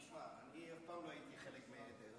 אני אף פעם לא הייתי חלק מעדר.